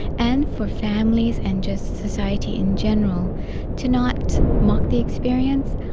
and for families and just society in general to not mock the experience,